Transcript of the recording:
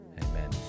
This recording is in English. Amen